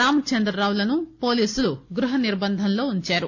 రామచంద్రరావులను పోలీసులు గృహ నిర్భంధంలో వుంచారు